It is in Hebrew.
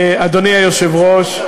אדוני היושב-ראש,